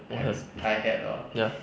what had ya